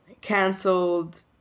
cancelled